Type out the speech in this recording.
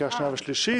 לקריאה שנייה ושלישית